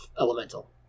elemental